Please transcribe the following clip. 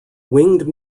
winged